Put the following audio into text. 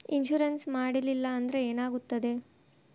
Insurance ಮಾಡಲಿಲ್ಲ ಅಂದ್ರೆ ಏನಾಗುತ್ತದೆ?